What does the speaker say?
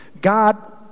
God